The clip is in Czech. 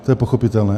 To je pochopitelné.